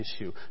issue